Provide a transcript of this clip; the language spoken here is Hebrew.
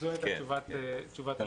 זו הייתה תשובת המשרד.